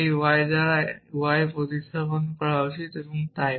এই y দ্বারা প্রতিস্থাপিত করা উচিত এবং তাই